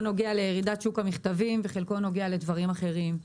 נוגע לירידת שוק המכתבים וחלקו נוגע לדברים אחרים.